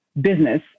Business